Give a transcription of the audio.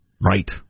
Right